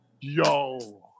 Yo